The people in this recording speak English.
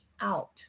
out